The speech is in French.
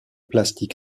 plastique